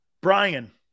Brian